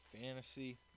fantasy